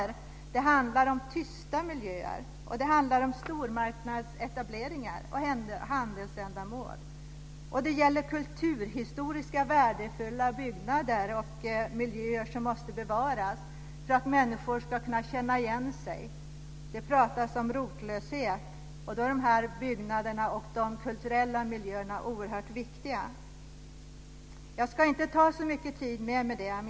Det handlar om tysta miljöer. Det handlar om stormarknadsetableringar och handelsändamål. Det gäller kulturhistoriskt värdefulla byggnader och miljöer som måste bevaras, för att människor ska kunna känna igen sig. Det pratas om rotlöshet. Då är dessa byggnader och kulturella miljöer oerhört viktiga. Jag ska inte ta så mycket mer tid med det.